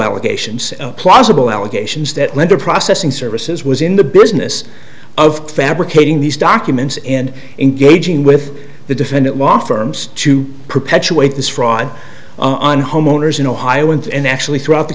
allegations plausible allegations that led the processing services was in the business of fabricating these documents and engaging with the defendant law firms to perpetuate this fraud on homeowners in ohio and actually throughout the